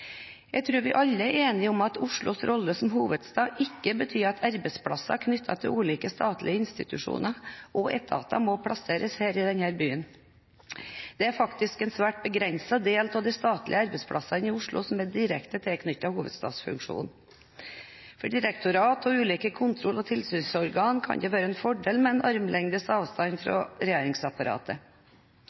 Jeg tror vi alle er enige om at Oslos rolle som hovedstad ikke betyr at arbeidsplasser knyttet til ulike statlige institusjoner og etater må plasseres i denne byen. Det er faktisk en svært begrenset del av de statlige arbeidsplassene i Oslo som er direkte tilknyttet hovedstadsfunksjonen. For direktorater og ulike kontroll- og tilsynsorganer kan det være en fordel med en armlengdes avstand til regjeringsapparatet.